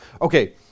Okay